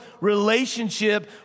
relationship